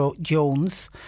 Jones